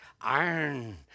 Iron